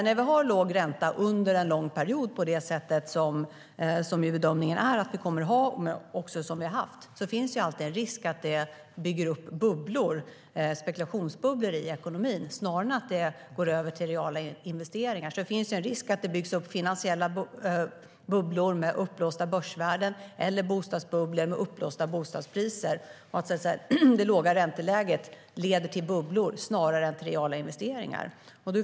När vi har låg ränta under en lång period, på det sätt som bedömningen är att vi kommer att ha och också har haft, finns det alltid en risk för att det bygger upp spekulationsbubblor i ekonomin, snarare än att det går över till reala investeringar. Det finns en risk för att det byggs upp finansiella bubblor med uppblåsta börsvärden eller bostadsbubblor med uppblåsta bostadspriser och att det låga ränteläget snarare leder till bubblor än till reala investeringar.